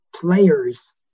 players